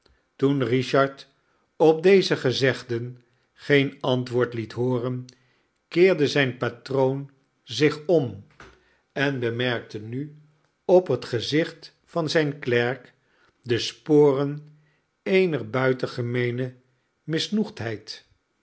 toen richard op deze gezegden geen antwoord liet hooren keerde zijn patroonzich om en bemerkte nu op het gezicht van zijn klerk de sporen eener buitengemeene